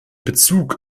bezug